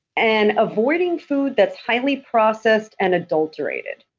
and avoiding food that's highly processed and adulterated.